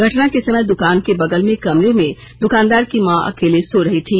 घटना के समय दुकान के बगल के कमरे में दुकानदार की मां अकेले सो रही थी